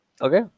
okay